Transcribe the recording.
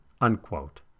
unquote